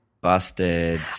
busted